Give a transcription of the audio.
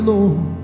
Lord